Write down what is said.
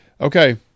Okay